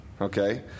Okay